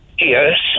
Yes